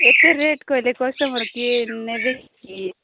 ଏତେ ରେଟ୍ କହିଲେ କଷ୍ଟମର୍ କିଏ ନେବେକି